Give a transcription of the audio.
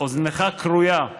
אוזנך כרויה.